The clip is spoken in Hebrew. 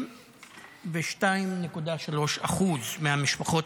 22.3% מהמשפחות